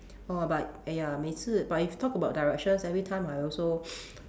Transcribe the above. oh but !aiya! 每次 but if talk about directions every time I also